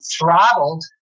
throttled